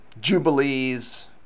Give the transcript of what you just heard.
Jubilees